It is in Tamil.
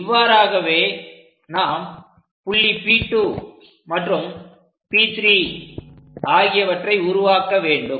இவ்வாறாகவே நாம் புள்ளி P2 மற்றும் P3 ஆகியவற்றை உருவாக்க வேண்டும்